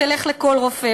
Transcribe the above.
תלך לכל רופא.